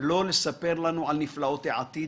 לא לספר לנו על נפלאות על העתיד